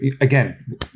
Again